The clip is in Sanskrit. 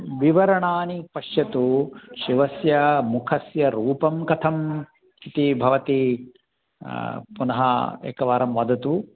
विवरणानि पश्यतु शिवस्य मुखस्य रूपं कथम् इति भवती पुनः एकवारं वदतु